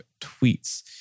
tweets